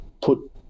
put